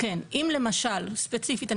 אתייחס ספציפית.